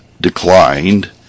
declined